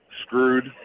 screwed